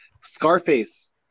Scarface